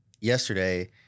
yesterday